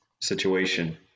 situation